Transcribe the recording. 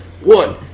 one